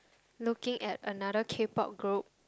looking at another k-pop group